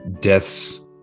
death's